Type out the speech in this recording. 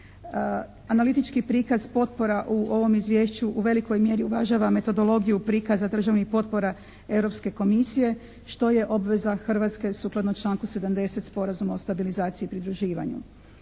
Analitički prikaz potpora u ovom izvješću u velikoj mjeri uvažava metodologiju prikaza državnih potpora Europske komisije što je obveza Hrvatske sukladno članku 70. Sporazuma o stabilizaciji pridruživanju.